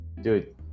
Dude